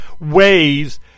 ways